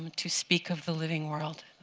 to speak of the living world,